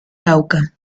cauca